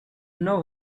know